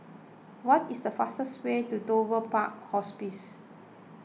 what is the fastest way to Dover Park Hospice